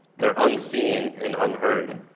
they're unseen and unheard.